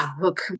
look